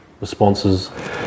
responses